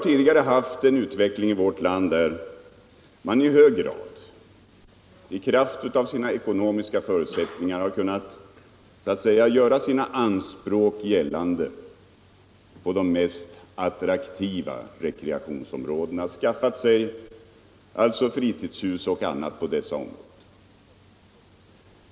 Tidigare har utvecklingen här i vårt land inneburit att människor i kraft av sina ekonomiska förutsättningar har kunnat göra sina anspråk gällande på de mest attraktiva rekreationsområdena. De har kunnat skaffa sig fritidshus och annat i sådana områden.